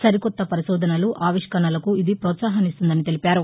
సరికొత్త పరిశోధనలు ఆవిష్కరణలకు ఇది పోత్సాహాన్నిస్తుందని తెలిపారు